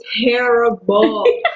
terrible